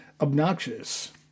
obnoxious